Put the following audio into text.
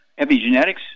Epigenetics